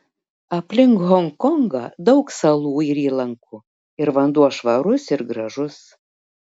aplink honkongą daug salų ir įlankų ir vanduo švarus ir gražus